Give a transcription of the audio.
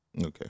Okay